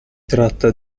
tratta